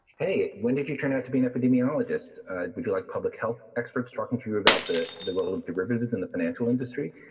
hey, when did you turn out to be an epidemiologist? did you like public health experts talking to you about the the role of derivatives in the financial industry?